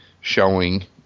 showing